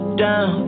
down